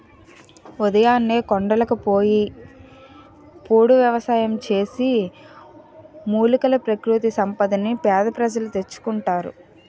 ఉదయాన్నే కొండలకు పోయి పోడు వ్యవసాయం చేసి, మూలికలు, ప్రకృతి సంపదని పేద ప్రజలు తెచ్చుకుంటారు